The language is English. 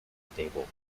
stable